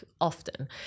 often